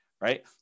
Right